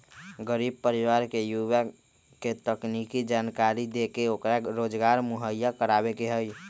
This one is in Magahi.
गरीब परिवार के युवा के तकनीकी जानकरी देके ओकरा रोजगार मुहैया करवावे के हई